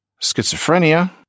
schizophrenia